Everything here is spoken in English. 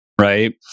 Right